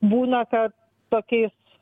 būna kad tokiais